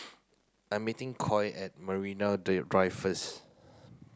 I meeting Coy at Marine Day Drive first